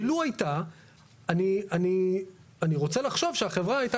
ולו הייתה אני רוצה לחשוב שהחברה הייתה